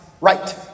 right